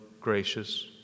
gracious